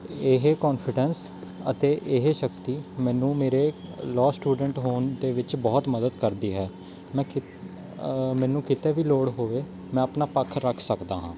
ਇਹ ਕੋਂਨਫੀਡੈਂਸ ਅਤੇ ਇਹ ਸ਼ਕਤੀ ਮੈਨੂੰ ਮੇਰੇ ਲੋਅ ਸਟੂਡੈਂਟ ਹੋਣ ਦੇ ਵਿੱਚ ਬਹੁਤ ਮਦਦ ਕਰਦੀ ਹੈ ਮੈਂ ਖਿ ਮੈਨੂੰ ਕਿਤੇ ਵੀ ਲੋੜ ਹੋਵੇ ਮੈਂ ਆਪਣਾ ਪੱਖ ਰੱਖ ਸਕਦਾ ਹਾਂ